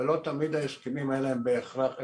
ולא תמיד ההסכמים האלה בהכרח אפשריים,